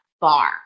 bar